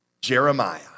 Jeremiah